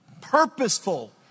Purposeful